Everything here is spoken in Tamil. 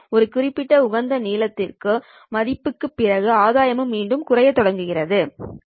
ஒரு குறிப்பிட்ட உகந்த நீளத்தின் மதிப்புக்குப் பிறகு ஆதாயமும் மீண்டும் குறையத் தொடங்குகிறது